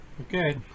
Okay